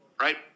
right